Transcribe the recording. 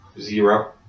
zero